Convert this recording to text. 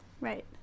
right